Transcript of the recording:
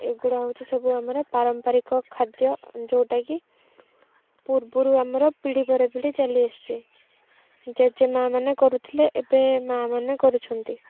ଏଗୁଡ଼ା ହଉଚି ସବୁ ଆମର ପାରମ୍ପାରିକ ଖାଦ୍ୟ ଯେଉଁଟାକି ପୂର୍ବୁରୁ ଆମର ପିଢ଼ି ପରେ ପିଢ଼ି ଚାଲି ଆସୁଛି ଜେଜେ ମାଆ ମାନେ କରୁଥିଲେ ଏବେ ମାଆ ମାନେ କରୁଛନ୍ତି